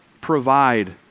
provide